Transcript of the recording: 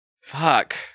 Fuck